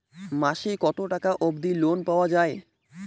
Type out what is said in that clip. মাসে কত টাকা অবধি লোন পাওয়া য়ায়?